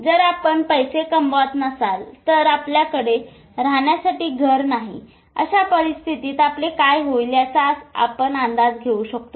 जर आपण पैसे कमावत नसाल तर किंवा आपल्याकडे राहण्यासाठी घर नाही तर अशा सर्व परिस्थितीत आपले काय होईल याचा अंदाज आपण घेऊ शकतो